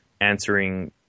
answering